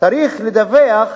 צריך לדווח,